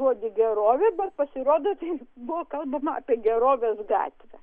žodį gerovė bet pasirodo tai buvo kalbama apie gerovės gatvę